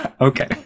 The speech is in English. Okay